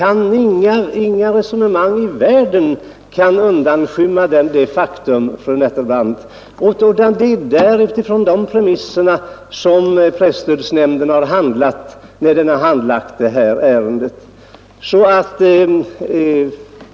Inga resonemang i världen kan undanskymma detta faktum, fru Nettelbrandt. Det är utifrån de premisserna som presstödsnämnden har handlat när den handlagt detta ärende.